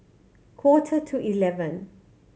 quarter to eleven